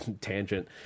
tangent